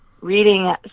reading